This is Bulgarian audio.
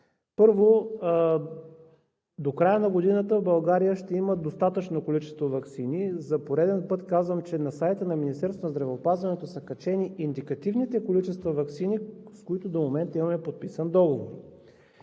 Първо, до края на годината в България ще има достатъчно количество ваксини. За пореден път казвам, че на сайта на Министерството на здравеопазването са качени индикативните количества ваксини, с които до момента имаме подписан договор.